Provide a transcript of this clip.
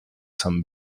some